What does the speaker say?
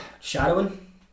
shadowing